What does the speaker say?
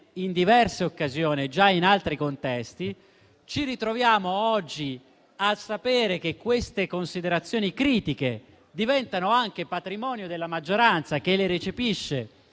in diverse occasioni e in altri contesti. Ci ritroviamo oggi a sapere che queste considerazioni critiche diventano anche patrimonio della maggioranza che le recepisce